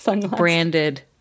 branded